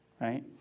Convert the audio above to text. right